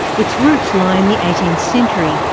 its roots lie in the eighteenth century,